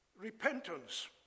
Repentance